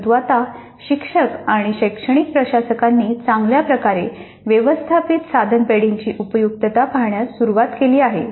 परंतु आता शिक्षक आणि शैक्षणिक प्रशासकांनी चांगल्या प्रकारे व्यवस्थापित साधन पेढीची उपयुक्तता पाहण्यास सुरुवात केली आहे